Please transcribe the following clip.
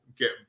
get